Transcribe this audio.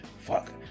Fuck